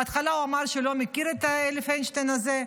בהתחלה הוא אמר שהוא לא מכיר את הפלדשטיין הזה.